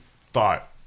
thought